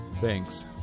Thanks